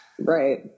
Right